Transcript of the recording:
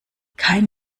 kein